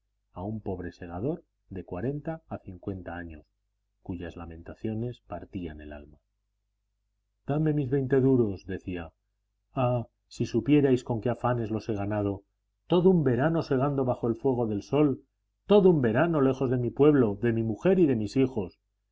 a un pobre segador de cuarenta a cincuenta años cuyas lamentaciones partían el alma dadme mis veinte duros decía ah si supierais con qué afanes los he ganado todo un verano segando bajo el fuego del sol todo un verano lejos de mi pueblo de mi mujer y de mis hijos